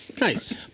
Nice